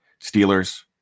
Steelers